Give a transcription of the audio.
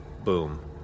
Boom